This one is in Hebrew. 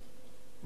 וכמובן,